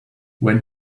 when